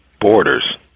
borders